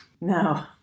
No